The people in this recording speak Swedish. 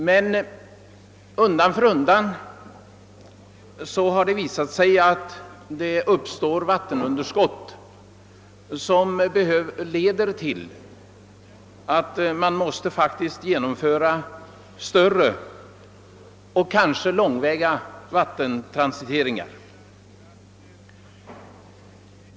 Men undan för undan har det visat sig att det uppstår vattenunderskott som leder till att man måste genomföra större och kanske långväga vattentransiteringar.